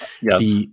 Yes